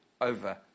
over